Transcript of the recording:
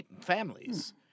families